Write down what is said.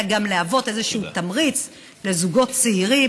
אלא גם יהווה איזשהו תמריץ לזוגות צעירים